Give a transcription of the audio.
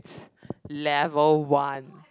level one